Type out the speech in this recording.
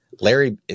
Larry